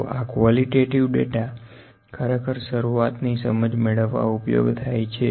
તો આં qualitative data ખરેખર શરૂઆતની સમજ મેળવવા ઉપયોગ થાય છે